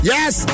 Yes